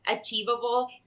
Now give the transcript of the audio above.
achievable